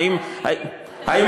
אתה יכול